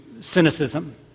cynicism